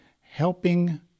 helping